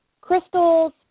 Crystals